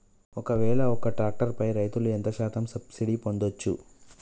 ఒక్కవేల ఒక్క ట్రాక్టర్ పై రైతులు ఎంత శాతం సబ్సిడీ పొందచ్చు?